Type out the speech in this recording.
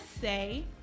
say